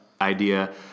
idea